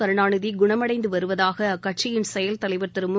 கருணாநிதி குணமடைந்து வருவதாக அக்கட்சியின் செயல் தலைவர் திரு மு